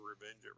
revenge